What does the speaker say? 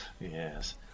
Yes